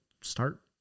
start